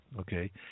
Okay